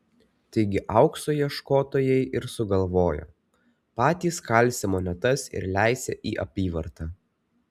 taigi aukso ieškotojai ir sugalvojo patys kalsią monetas ir leisią į apyvartą